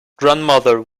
grandmother